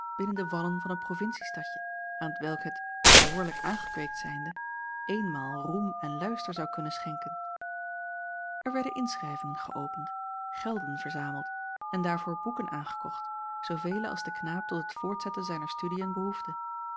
binnen de wallen van een provinciestadje aan t welk het behoorlijk aangekweekt zijnde eenmaal roem en luister zou kunnen schenken er werden inschrijvingen geöpend gelden verzameld en daarvoor boeken aangekocht zoovele als de knaap tot het voortzetten zijner studiën behoefde